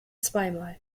zweimal